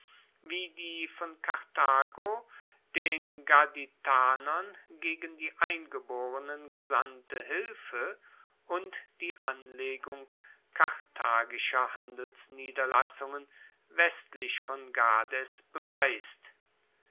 wie die von karthago den gaditanern gegen die eingeborenen gesandte hilfe und die anlegung karthagischer handelsniederlassungen westlich von gades beweist